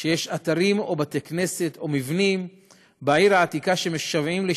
יש אתרים או בתי-כנסת או מבנים בעיר העתיקה שמשוועים לשיפוץ,